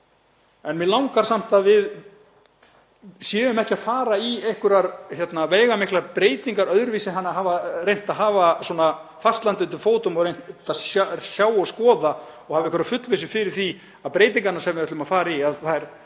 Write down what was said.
en mig langar samt að við séum ekki að fara í einhverjar veigamiklar breytingar öðruvísi en að hafa reynt að hafa fast land undir fótum og reynt að sjá og skoða og hafa einhverja fullvissu fyrir því að breytingarnar sem við ætlum að fara í hafi